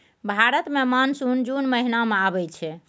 भारत मे मानसून जुन महीना मे आबय छै